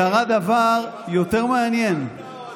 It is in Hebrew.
קרה דבר יותר מעניין ------ העפת,